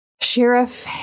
Sheriff